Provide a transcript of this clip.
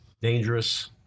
dangerous